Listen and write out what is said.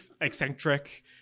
eccentric